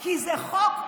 כי זה חוק טוב,